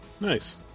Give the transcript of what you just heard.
Nice